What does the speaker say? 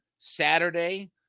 Saturday